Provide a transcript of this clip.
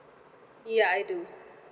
ya I do